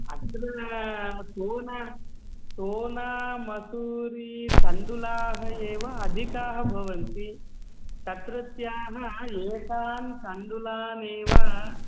अत्र सोना सोनामसूरी तण्डुलाः एव अधिकाः भवन्ति तत्रत्याः एकः तण्डुलः एव